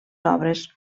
obres